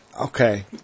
Okay